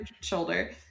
shoulder